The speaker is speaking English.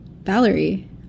Valerie